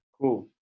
Cool